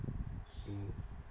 mm